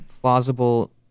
plausible